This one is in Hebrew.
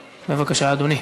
בבקשה, אדוני.